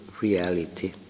reality